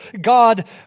God